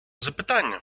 запитання